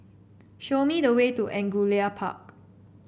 show me the way to Angullia Park